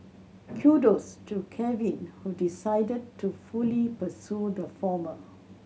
Kudos to Kevin who decided to fully pursue the former